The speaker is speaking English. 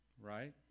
Right